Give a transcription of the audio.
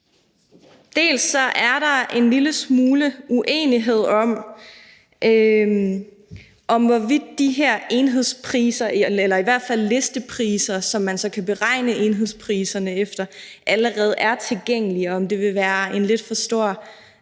Dels er der en lille smule uenighed om, hvorvidt de her enhedspriser eller i hvert fald listepriserne, som man så kan beregne enhedspriserne efter, allerede er tilgængelige, og om det vil være en lidt for stor